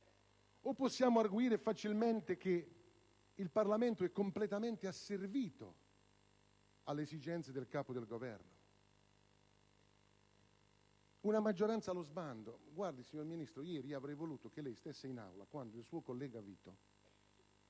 o possiamo arguire facilmente che il Parlamento è completamente asservito alle esigenze del Capo del Governo? Una maggioranza allo sbando. Guardi, signor Ministro, avrei voluto che ieri fosse presente in Aula quando il suo collega Vito